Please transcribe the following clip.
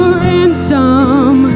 ransom